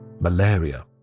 malaria